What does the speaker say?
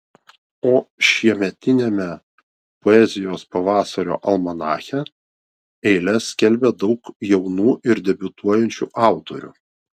o šiemetiniame poezijos pavasario almanache eiles skelbia daug jaunų ir debiutuojančių autorių